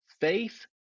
Faith